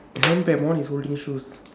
the handbag [one] is holding shoes